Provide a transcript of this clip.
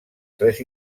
tres